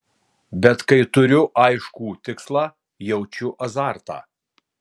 bet kai turiu aiškų tikslą jaučiu azartą